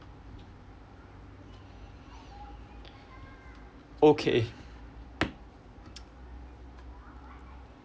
okay